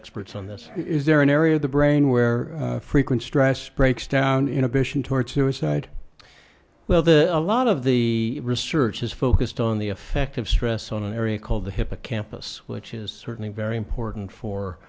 experts on this is there an area of the brain where frequent stress breaks down inhibition towards suicide well the a lot of the research is focused on the effect of stress on an area called the hippocampus which is certainly very important for